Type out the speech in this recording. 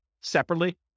separately